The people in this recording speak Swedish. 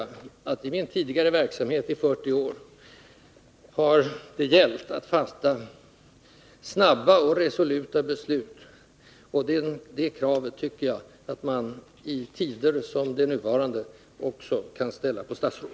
I min tidigare verksamhet under 40 år har det gällt att fatta snabba och resoluta beslut, och det kravet tycker jag att man i tider som de nuvarande också kan ställa på ett statsråd.